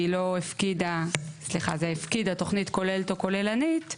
כי היא הפקידה תוכנית כוללת או כוללנית,